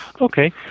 Okay